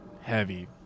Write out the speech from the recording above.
heavy